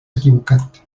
equivocat